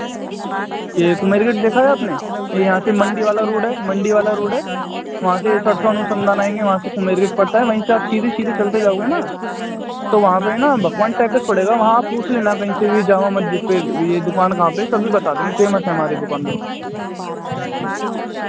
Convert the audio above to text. यह कुमेरी गेट देखा है आपने यहाँ से मंडी वाला रोड है मंडी वाला रोड है वहाँ से सरसों अनुसंधान आएँगे वहाँ से कुमेरी गेट पड़ता है वहीं से आप सीधे सीधे चलते जाओगे ना तो वहाँ पर ना भगवान टैकस पड़ेगा वहाँ पूछ लेना कहीं से भी जामा मस्जिद पर यह दुकान कहाँ पर सभी बता देंगे फ़ेमस है हमारी दुकान बहुत